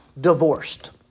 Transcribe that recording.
divorced